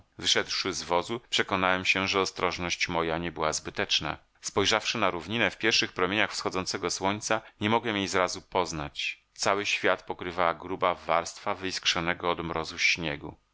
wyszedłszy z wozu przekonałem się że ostrożność moja nie była zbyteczna spojrzawszy na równinę w pierwszych promieniach wschodzącego słońca nie mogłem jej zrazu poznać cały świat pokrywała gruba warstwa wyiskrzonego od mrozu śniegu